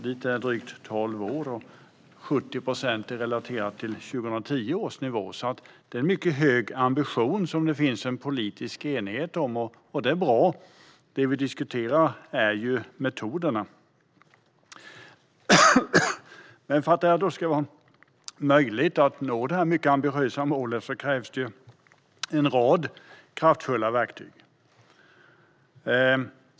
Dit är det drygt tolv år, och 70 procent är relaterat till 2010 års nivå. Det är alltså en mycket hög ambition som det finns en politisk enighet om, vilket är bra. Det vi diskuterar är ju metoderna, och för att det ska vara möjligt att nå det här mycket ambitiösa målet krävs det en rad kraftfulla verktyg.